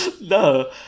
No